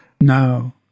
no